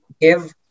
give